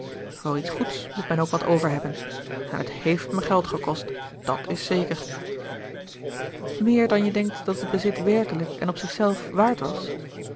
voor iets goeds moet men ook wat overhebben en het heeft mij geld gekost dat is zeker meer dan je denkt dat het bezit werkelijk en op zich zelf waard was